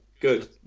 good